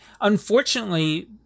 unfortunately